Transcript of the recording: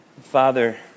Father